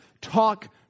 talk